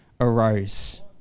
arose